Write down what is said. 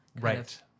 Right